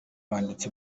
banditsi